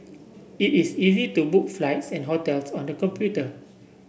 it is easy to book flights and hotels on the computer